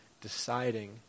deciding